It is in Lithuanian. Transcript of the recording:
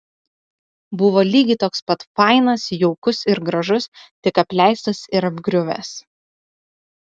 buvo lygiai toks pat fainas jaukus ir gražus tik apleistas ir apgriuvęs